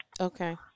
okay